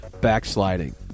backsliding